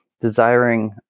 desiring